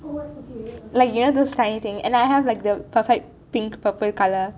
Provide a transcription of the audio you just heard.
like you know those tiny things and I have like the perfect pink purple colour